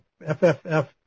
FFF